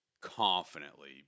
confidently